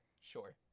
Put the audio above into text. sure